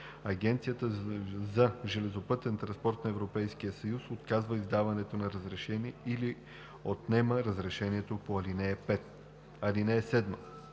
Агенцията за железопътен транспорт на Европейския съюз отказва издаването на разрешение или отнема разрешението по ал. 5.